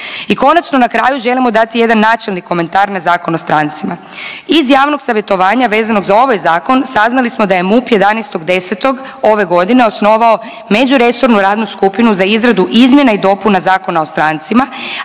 I konačno na kraju želimo dati jedan načelni komentar na Zakon o strancima. Iz javnog savjetovanja vezanog za ovaj zakon saznali smo da je MUP 11.10. ove godine osnovao međuresornu radnu skupinu za izradu izmjena i dopuna Zakona o strancima,